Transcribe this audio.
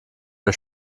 der